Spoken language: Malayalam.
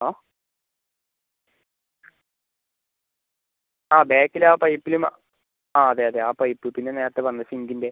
ആ ആ ബാക്കിലെ ആ പൈപ്പിലും ആ അതെ അതെ ആ പൈപ്പിൽ പിന്നെ നേരത്തെ പറഞ്ഞില്ലേ സിങ്കിൻ്റെ